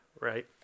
right